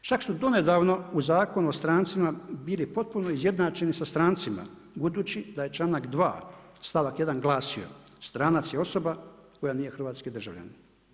Čak su do nedavno u Zakonu o strancima bili potpuno izjednačeni sa strancima, budući de je čl.2. stavak 1 glasio, stranac je osoba koja nije hrvatski državljanin.